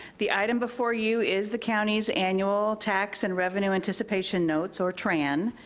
the item before you is the county's annual tax and revenue anticipation notes, or tran,